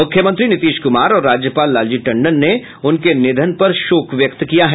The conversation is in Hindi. मुख्यमंत्री नीतीश कुमार और राज्यपाल लालजी टंडन ने उनके निधन पर शोक व्यक्त किया है